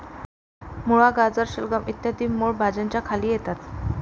मुळा, गाजर, शलगम इ मूळ भाज्यांच्या खाली येतात